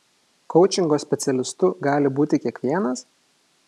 koučingo specialistu gali būti kiekvienas